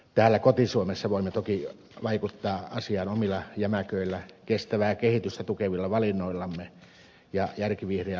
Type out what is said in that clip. täällä koti suomessa voimme toki vaikuttaa asiaan omilla jämäköillä kestävää kehitystä tukevilla valinnoillamme ja järkivihreällä politiikalla